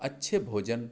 अच्छे भोजन